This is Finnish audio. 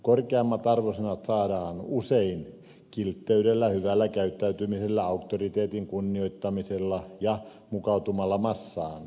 korkeammat arvosanat saadaan usein kiltteydellä hyvällä käyttäytymisellä auktoriteetin kunnioittamisella ja mukautumalla massaan